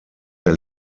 der